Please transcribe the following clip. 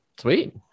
Sweet